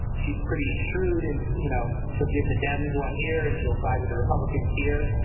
she's pretty shrewd. and, you know, she'll give the dems one here and she'll side with the republicans here.